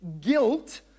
guilt